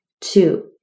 Two